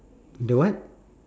the what